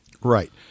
Right